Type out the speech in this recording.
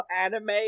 anime